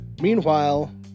Meanwhile